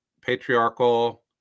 patriarchal